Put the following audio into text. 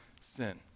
sin